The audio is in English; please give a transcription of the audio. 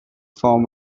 form